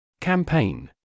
Campaign